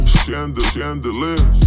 chandelier